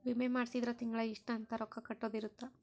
ವಿಮೆ ಮಾಡ್ಸಿದ್ರ ತಿಂಗಳ ಇಷ್ಟ ಅಂತ ರೊಕ್ಕ ಕಟ್ಟೊದ ಇರುತ್ತ